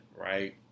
right